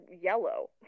yellow